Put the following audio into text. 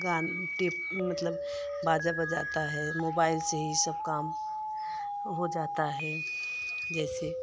गान टिप मतलब बाजा बजाता है मोबाइल से ही सब काम हो जाता है जैसे